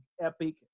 epic